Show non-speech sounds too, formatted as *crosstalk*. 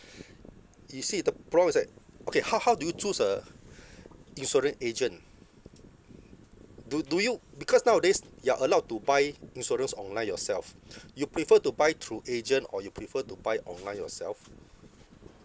*breath* you see the problem is that okay how how do you choose a *breath* insurance agent do do you because nowadays you are allowed to buy insurance online yourself you prefer to buy through agent or you prefer to buy online yourself